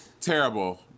Terrible